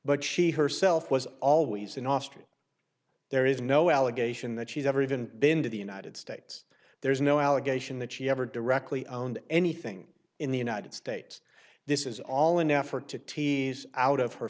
but she herself was always in austria there is no allegation that she's ever even been to the united states there's no allegation that she ever directly owned anything in the united states this is all an effort to tease out of her